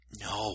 No